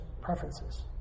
preferences